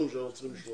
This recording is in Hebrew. חינוך לוקח זמן אבל